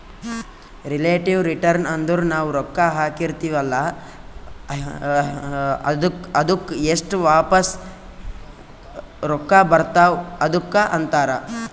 relative return ಅಂದುರ್ ನಾವು ರೊಕ್ಕಾ ಹಾಕಿರ್ತಿವ ಅಲ್ಲಾ ಅದ್ದುಕ್ ಎಸ್ಟ್ ವಾಪಸ್ ರೊಕ್ಕಾ ಬರ್ತಾವ್ ಅದುಕ್ಕ ಅಂತಾರ್